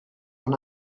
mon